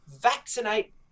vaccinate